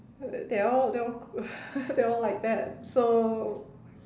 they're all they're all they're all like that so